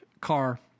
car